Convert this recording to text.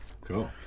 Cool